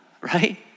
right